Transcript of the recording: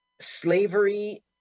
slavery